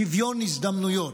שוויון הזדמנויות,